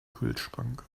kühlschrank